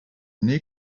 new